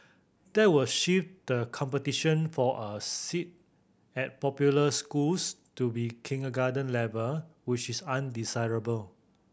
that will shift the competition for a seat at popular schools to be kindergarten level which is undesirable